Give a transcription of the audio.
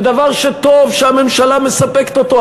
ודבר שטוב שהממשלה מספקת אותו,